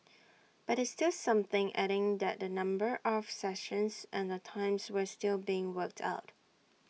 but it's still something adding that the number of sessions and the times were still being worked out